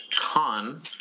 con